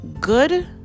good